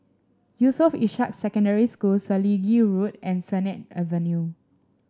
Yusof Ishak Secondary School Selegie Road and Sennett Avenue